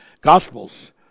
Gospels